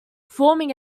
forming